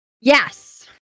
Yes